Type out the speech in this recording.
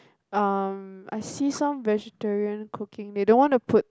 um I see some vegetarian cooking they don't wanna put